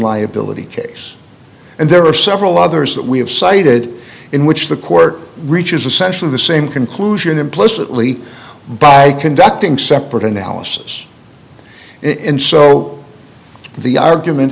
liability case and there are several others that we have cited in which the court reaches a sense of the same conclusion implicitly by conducting separate analysis in so the argument